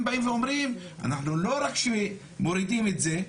באים ואומרים אנחנו לא רק שמורידים את זה,